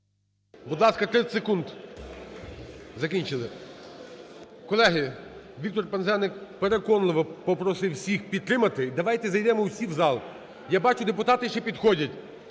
ласка, 30 секунд. Закінчили. Колеги, Віктор Пинзеник переконливо попросив всіх підтримати. Давайте зайдемо всі в зал. Я бачу, депутати ще підходять.